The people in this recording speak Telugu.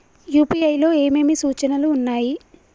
యూ.పీ.ఐ లో ఏమేమి సూచనలు ఉన్నాయి?